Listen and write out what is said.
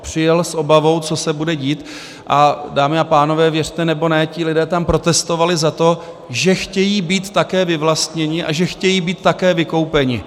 Přijel s obavou, co se bude dít, a dámy a pánové, věřte nebo ne, ti lidé tam protestovali za to, že chtějí být také vyvlastněni a že chtějí být také vykoupeni.